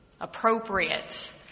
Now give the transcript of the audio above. appropriate